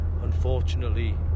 unfortunately